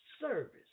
service